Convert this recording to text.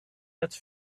het